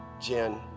Jen